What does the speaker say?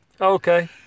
Okay